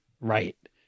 right